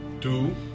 Two